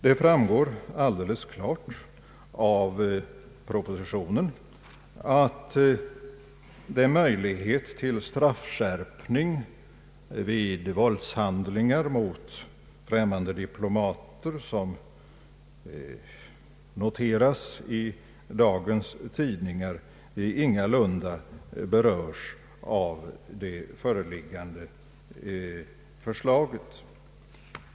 Det framgår alldeles klart av propositionen att den möjlighet till straffskärpning vid våldshandlingar mot främmande diplomater som noterats i dagens tidningar ingalunda berörs av det föreliggande förslaget.